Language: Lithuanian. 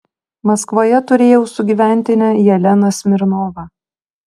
maskvoje turėjau sugyventinę jeleną smirnovą